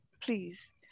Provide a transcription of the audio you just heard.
please